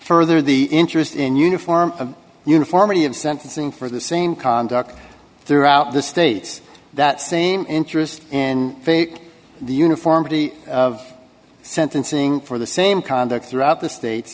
further the interest in uniform uniformity of sentencing for the same conduct throughout the states that same interest in fake the uniformity of sentencing for the same conduct throughout the state